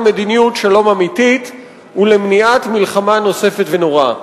מדיניות שלום אמיתית ולמניעת מלחמה נוספת ונוראה.